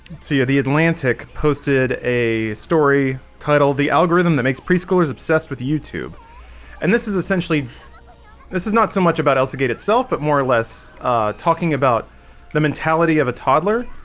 ceo the atlantic posted a story titled the algorithm that makes preschoolers obsessed with youtube and this is essentially this is not so much about elsa gate itself, but more or less talking about the mentality of a toddler,